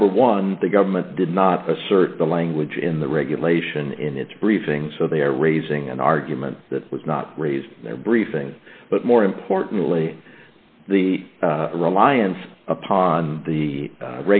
number one the government did not assert the language in the regulation in its briefings so they are raising an argument that was not raised there briefing but more importantly the reliance upon the